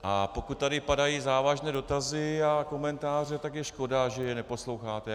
A pokud tady padají závažné dotazy a komentáře, tak je škoda, že je neposloucháte.